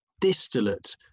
distillate